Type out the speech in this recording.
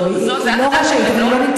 זאת הוראה של התקנון?